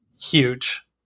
huge